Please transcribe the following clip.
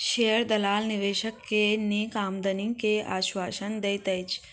share दलाल निवेशक के नीक आमदनी के आश्वासन दैत अछि